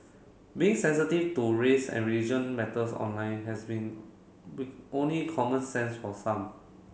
being sensitive to race and religion matters online has been only common sense for some